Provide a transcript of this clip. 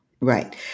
Right